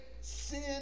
sin